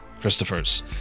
Christophers